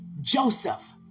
Joseph